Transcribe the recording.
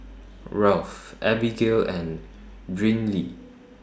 Ralph Abbigail and Brynlee